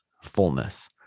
fullness